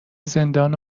زندان